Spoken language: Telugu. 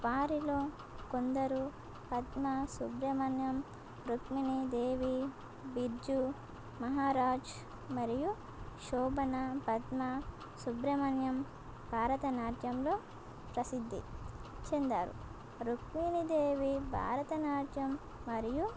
వారిలో కొందరు పద్మ సుబ్రమణ్యం రుక్మిణి దేవి బిర్జూ మహరాజ్ మరియు శోభణ పద్మ సుబ్రమణ్యం భారతనాట్యంలో ప్రసిద్ధి చెందారు రుక్మిణి దేవి భారతనాట్యం మరియు